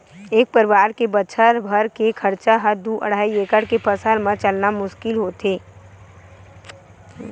एक परवार के बछर भर के खरचा ह दू अड़हई एकड़ के फसल म चलना मुस्कुल होथे